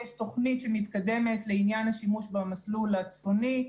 יש תוכנית שמתקדמת בעניין השימוש במסלול הצפוני.